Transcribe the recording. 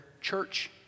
church